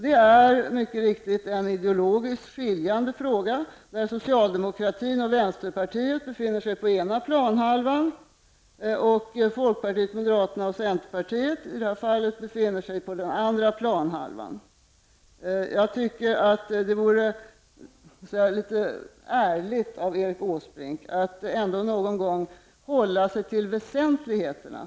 Det är mycket riktigt en fråga där ideologin skiljer sig, socialdemokraterna och vänsterpartiet befinner sig på den ena planhalvan och folkpartiet, moderaterna och centerpartiet befinner sig i detta fall på den andra planhalvan. Det vore ärligt om Erik Åsbrink någon gång kunde hålla sig till väsentligheterna.